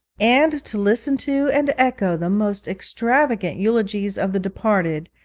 and to listen to, and echo, the most extravagant eulogies of the departed,